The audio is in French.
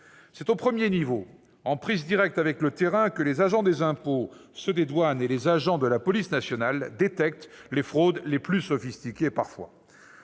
C'est au premier niveau, en prise directe avec le terrain, que les agents des impôts, des douanes et de la police nationale détectent les fraudes les plus sophistiquées.